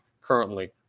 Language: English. currently